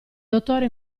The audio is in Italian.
dottore